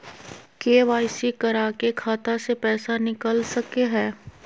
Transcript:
KYC करा के खाता से पैसा निकल सके हय?